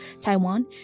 Taiwan